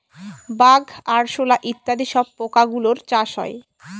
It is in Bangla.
বাগ, আরশোলা ইত্যাদি সব পোকা গুলোর চাষ হয়